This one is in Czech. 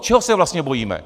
Čeho se vlastně bojíme?